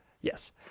Yes